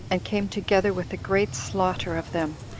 and came together with a great slaughter of them,